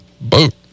Boat